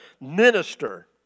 minister